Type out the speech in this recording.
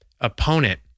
opponent